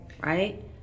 Right